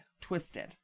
twisted